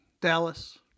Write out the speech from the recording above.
Dallas